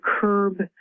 curb